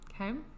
okay